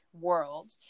world